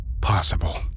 possible